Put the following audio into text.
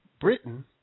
Britain